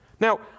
Now